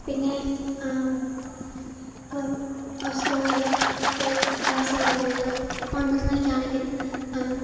പിന്നെ ഇപ്പം ഒരു സ്കൂളിൽ ഒരു ക്ലാസ് തുട് ത് ഒൻപത് മണിക്കാണെങ്കിൽ